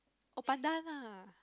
oh pandan lah